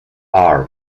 arm